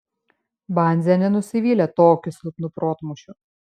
banzienė nusivylė tokiu silpnu protmūšiu